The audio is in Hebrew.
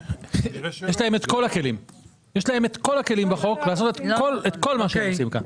יש להם את כל הכלים בחוק לעשות את כל מה שהם עושים כאן.